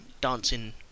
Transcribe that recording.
Dancing